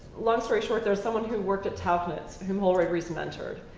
long story short, there's someone who worked at tauchnitz who holroyd-reece mentored.